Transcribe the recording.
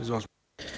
Izvolite.